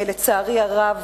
לצערי הרב,